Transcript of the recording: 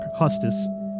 Hustis